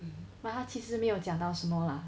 but 他其实没有讲到什么 lah